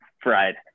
fried